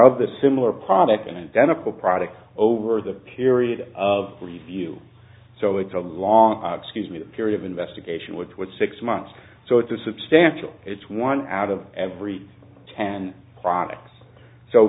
of the similar product and identical product over the period of preview so it's a long scuse me the period of investigation which was six months so it's a substantial it's one out of every ten products so